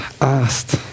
asked